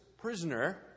prisoner